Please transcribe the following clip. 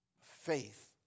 faith